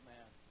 Man